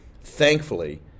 Thankfully